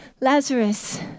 Lazarus